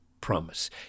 promise